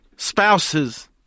Spouses